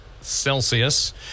Celsius